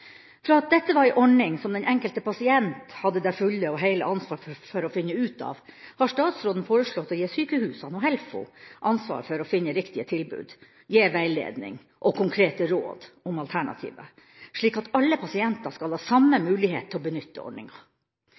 Fra at dette var en ordning som den enkelte pasient hadde det fulle og hele ansvar for å finne ut av, har statsråden foreslått å gi sykehusene og HELFO ansvar for å finne riktige tilbud og gi veiledning og konkrete råd om alternativer, slik at alle pasienter skal ha samme mulighet til å benytte ordninga.